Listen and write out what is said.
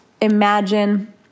imagine